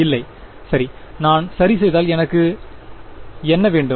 இல்லை சரி நான் சரி செய்தால் எனக்கு என்ன வேண்டும்